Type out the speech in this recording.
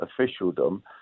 officialdom